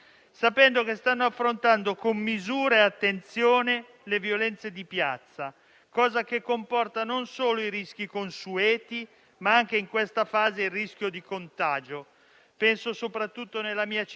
I protagonisti, a seconda delle diverse realtà, sono estremisti violenti, ribellisti, estremisti di destra o di sinistra, frange organizzate